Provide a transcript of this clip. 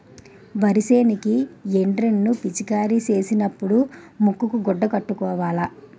వరి సేనుకి ఎండ్రిన్ ను పిచికారీ సేసినపుడు ముక్కుకు గుడ్డ కట్టుకోవాల